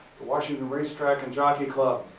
the washington racetrack and jockey club.